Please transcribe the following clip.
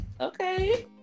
Okay